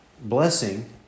blessing